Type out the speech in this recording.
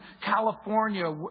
California